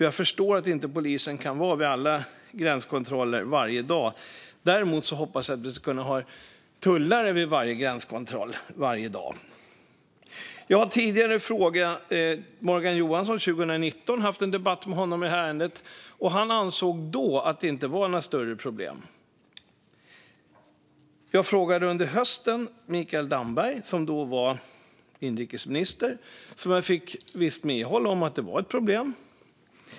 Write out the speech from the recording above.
Jag förstår nämligen att polisen inte kan vara vid alla gränskontroller varje dag, men däremot hoppas jag att vi ska kunna ha tullare vid varje gränskontroll varje dag. Jag har tidigare frågat Morgan Johansson om detta och haft en debatt med honom, år 2019, och han ansåg då att det inte var några större problem. Under hösten frågade jag Mikael Damberg, som då var inrikesminister, och av honom fick jag visst medhåll om att detta är ett problem.